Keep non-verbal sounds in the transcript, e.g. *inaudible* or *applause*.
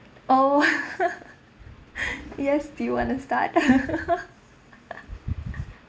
oh *laughs* *breath* yes do you want to start *laughs*